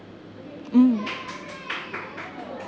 mm